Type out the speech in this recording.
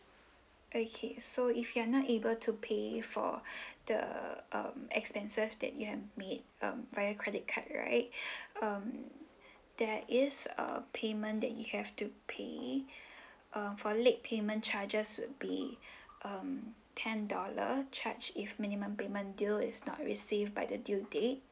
okay so if you are not able to pay for the um expenses that you have made um by your credit card right um there is a payment that you have to pay um for late payment charges would be um ten dollar charge if minimum payment deal is not received by the due date